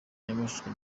nyamasheke